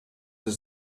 does